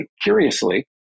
curiously